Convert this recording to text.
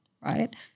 right